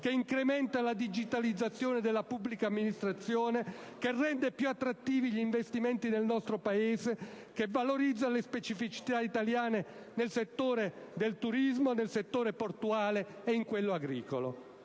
che incrementa la digitalizzazione della pubblica amministrazione, che rende più attrattivi gli investimenti nel nostro Paese, che valorizza le specificità italiane nel settore turistico, portuale ed agricolo.